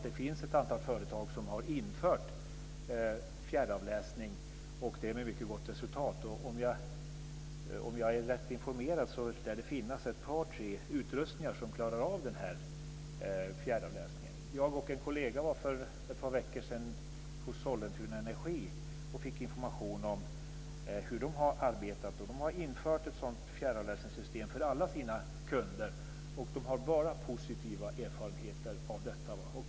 Det finns ett antal företag som med mycket gott resultat har infört fjärravläsning. Om jag är rätt informerad lär det finnas ett par tre utrustningar som klarar av fjärravläsningar. Jag och en kollega var för ett par veckor sedan hos Sollentuna Energi och fick information om hur man har arbetat där. Man har infört ett fjärravläsningssystem för alla sina kunder, och man har bara positiva erfarenheter av det.